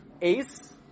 Ace